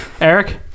Eric